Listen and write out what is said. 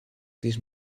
this